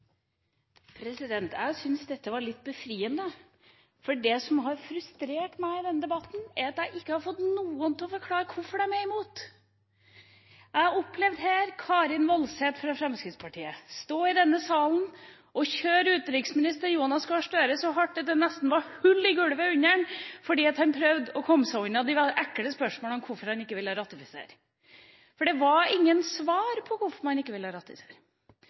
at jeg ikke har fått noen til å forklare hvorfor de er imot. Jeg har opplevd Karin Woldseth fra Fremskrittspartiet stå i denne salen og kjøre utenriksminister Jonas Gahr Støre så hardt at det nesten var hull i gulvet under ham, fordi han prøvde å komme seg unna de ekle spørsmålene om hvorfor han ikke ville ratifisere – for det var ingen svar på hvorfor man ikke ville ratifisere.